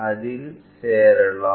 அதில் சேரலாம்